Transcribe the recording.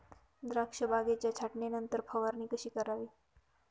द्राक्ष बागेच्या छाटणीनंतर फवारणी कशी करावी?